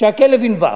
שהכלב ינבח.